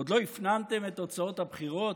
עוד לא הפנמתם את תוצאות הבחירות?